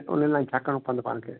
उन लाइ छा करिणो पवंदो पाण खे